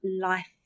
life